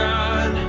God